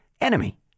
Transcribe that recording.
enemy